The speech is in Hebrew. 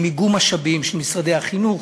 עם איגום משאבים של משרדי החינוך,